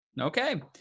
Okay